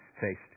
faced